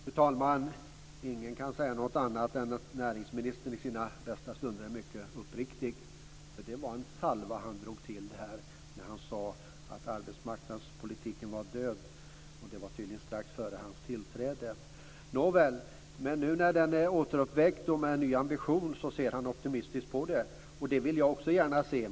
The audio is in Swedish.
Fru talman! Ingen kan säga något annat än att näringsministern i sina bästa stunder är mycket uppriktig. Det var en salva han drog till med när han sade att arbetsmarknadspolitiken var död. Det var tydligen strax före hans tillträde. Nåväl, nu när den är återuppväckt och är föremål för en ny ambition ser han optimistiskt på den. Det vill jag också gärna göra.